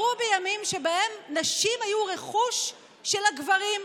בימים שבהן נשים היו רכוש של הגברים,